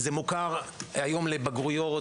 זה מוכר היום לבגרויות,